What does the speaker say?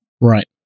Right